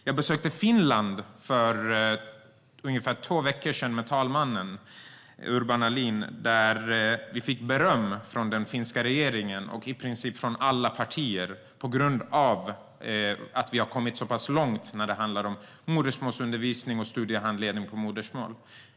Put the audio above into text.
Jag besökte Finland för ungefär två veckor sedan med talmannen, Urban Ahlin. Där fick vi beröm av den finska regeringen och i princip alla partier tack vare att vi har kommit så pass långt när det handlar om modersmålsundervisning och studiehandledning på modersmål.